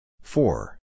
Four